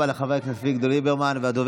אתה יכול.